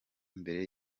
mbere